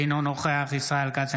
אינו נוכח ישראל כץ,